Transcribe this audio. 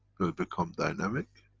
become dynamic.